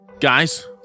Guys